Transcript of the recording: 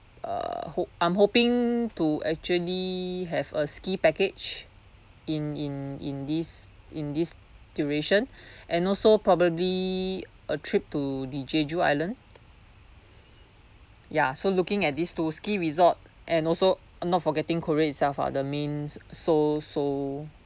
uh hope I'm hoping to actually have a ski package in in in this in this duration and also probably a trip to the jeju island ya so looking at these two ski resort and also not forgetting korea itself are the main seoul seoul